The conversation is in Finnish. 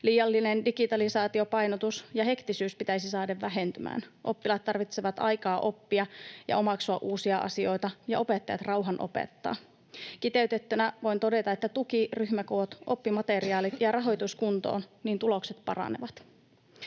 Liiallinen digitalisaatiopainotus ja hektisyys pitäisi saada vähentymään. Oppilaat tarvitsevat aikaa oppia ja omaksua uusia asioita ja opettajat rauhan opettaa. Kiteytettynä voin todeta, että tuki, ryhmäkoot, oppimateriaalit ja rahoitus kuntoon, niin tulokset paranevat.